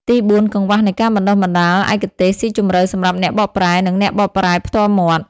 ទីបួន កង្វះនៃការបណ្តុះបណ្តាលឯកទេសស៊ីជម្រៅសម្រាប់អ្នកបកប្រែ និងអ្នកបកប្រែផ្ទាល់មាត់។